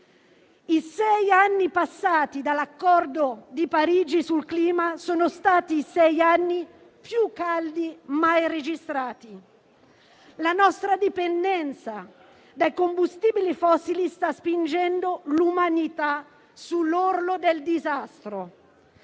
«I sei anni passati dall'Accordo di Parigi sul clima sono stati i sei anni più caldi mai registrati. La nostra dipendenza dai combustibili fossili sta spingendo l'umanità sull'orlo del disastro.